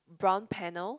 brown panel